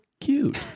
cute